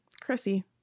Chrissy